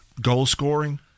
goal-scoring